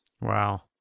Wow